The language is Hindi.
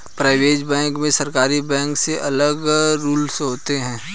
प्राइवेट बैंक में सरकारी बैंक से अलग रूल्स होते है